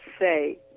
say